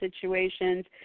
situations